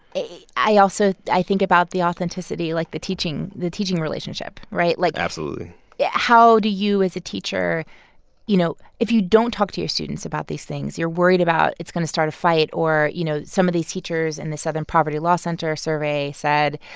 i also i think about the authenticity like, the teaching the teaching relationship, right? like. absolutely yeah how do you as a teacher you know, if you don't talk to your students about these things, you're worried about it's going to start a fight or, you know, some of these teachers in the southern poverty law center survey said,